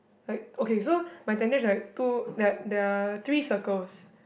like okay so my tentage like two there there are three circles